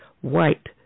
white